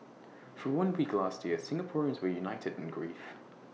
for one week last year Singaporeans were united in grief